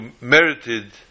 merited